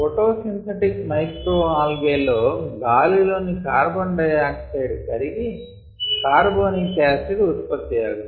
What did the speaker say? photosynthetic micro algae లో గాలిలోని carbon dioxide కరిగి కార్బోనిక్ యాసిడ్ ఉత్పత్తి అగును